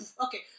Okay